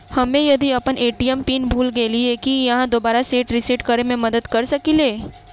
हम्मे यदि अप्पन ए.टी.एम पिन भूल गेलियै, की अहाँ दोबारा सेट रिसेट करैमे मदद करऽ सकलिये?